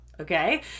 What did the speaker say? Okay